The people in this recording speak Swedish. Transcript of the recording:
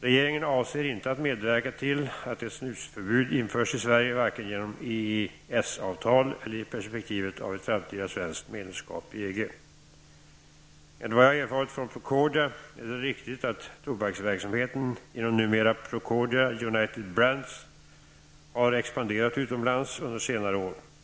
Regeringen avser inte att medverka till att ett snusförbud införs i Sverige, varken genom EES avtal eller i perspektivet av ett framtida svenskt medlemskap i EG. Enligt vad jag erfarit från Procordia är det riktigt att tobaksverksamheten inom numera Procordia United Brands har expanderat utomlands under senare år.